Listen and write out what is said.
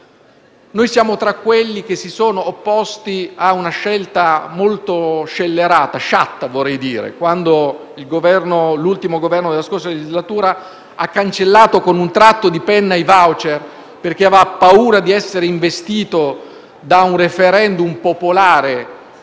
noi siamo tra quelli che si sono opposti a una scelta molto scellerata e sciatta. Mi riferisco a quando l'ultimo Governo della scorsa legislatura ha cancellato con un tratto di penna i *voucher* perché aveva paura di essere investito da un *referendum* popolare